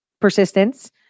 persistence